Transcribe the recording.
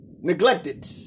neglected